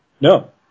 No